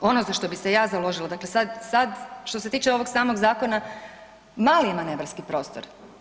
Ono za što bi se ja založila, dakle sad, sad što se tiče ovog samog zakona mali je manevarski prostor.